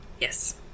Yes